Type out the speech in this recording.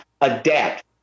adapt